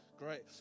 Great